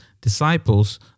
disciples